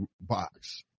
box